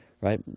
right